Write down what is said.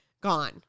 gone